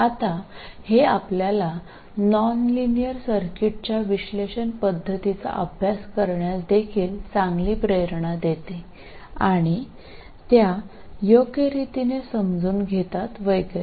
आता हे आपल्याला नॉन लिनियर सर्किटच्या विश्लेषण पद्धतींचा अभ्यास करण्यास देखील चांगले प्रेरणा देते आणि त्या योग्यरितीने समजून घेतात वगैरे